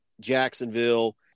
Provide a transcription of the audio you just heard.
Jacksonville